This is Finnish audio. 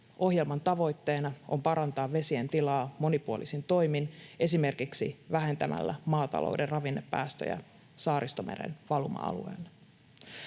Ohjelman tavoitteena on parantaa vesien tilaa monipuolisin toimin esimerkiksi vähentämällä maatalouden ravinnepäästöjä Saaristomeren valuma-alueilla.